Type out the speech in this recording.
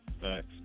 Thanks